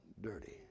dirty